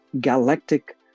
galactic